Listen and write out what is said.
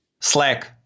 Slack